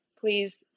Please